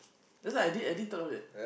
that's why I didn't I didn't thought of that